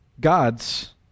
God's